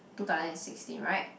two thousand and sixteen right